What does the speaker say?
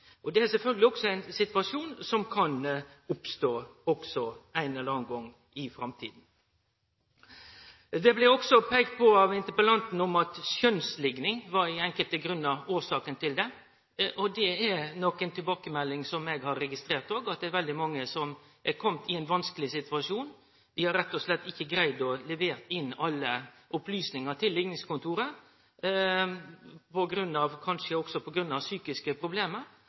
Det er sjølvsagt også ein situasjon som kan oppstå ein eller annan gong i framtida. Det blei også peikt på av interpellanten at skjønslikning enkelte gonger var årsaka. Også eg har registrert ei tilbakemelding om at det er veldig mange som har kome i ein vanskeleg situasjon. Dei har rett og slett ikkje greidd å levere inn alle opplysningar til likningskontoret, kanskje på grunn av psykiske problem,